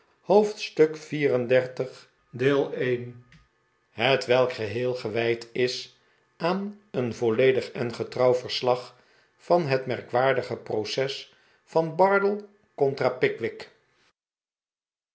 hoofdstuk xxxiv hetwelk geheel gewijd is aan een volledig en getrouw verslag van het merkwaardige proces van bardell contra pickwick